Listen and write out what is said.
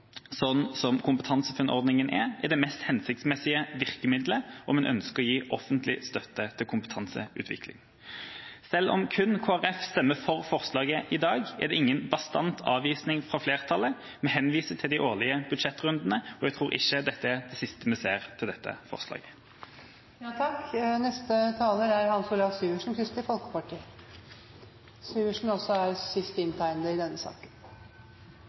sånn som KompetanseFUNN-ordningen er, er det mest hensiktsmessige virkemiddelet om en ønsker å gi offentlig støtte til kompetanseutvikling. Selv om kun Kristelig Folkeparti stemmer for forslaget i dag, er det ingen bastant avvisning fra flertallet. Vi henviser til de årlige budsjettrundene, og jeg tror ikke dette er det siste vi ser til dette forslaget. Det er ikke hver dag man får nedstemt et forslag med så mye velvilje i